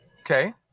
Okay